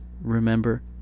remember